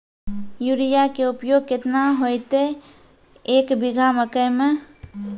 Urea के उपयोग केतना होइतै, एक बीघा मकई मे?